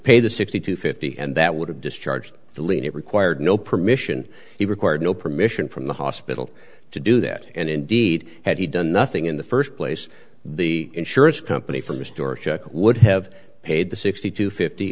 pay the sixty to fifty and that would have discharged the linnet required no permission he required no permission from the hospital to do that and indeed had he done nothing in the first place the insurance company from a store would have paid the sixty two fifty